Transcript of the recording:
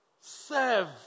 serve